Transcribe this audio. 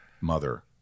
mother